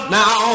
now